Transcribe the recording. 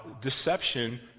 deception